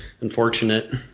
unfortunate